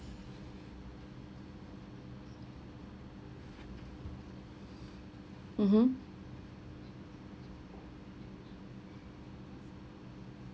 mmhmm